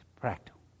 Practical